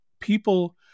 people